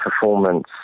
performance